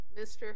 Mr